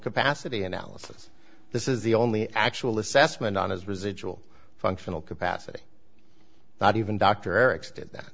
capacity analysis this is the only actual assessment on his residual functional capacity not even dr eric's did that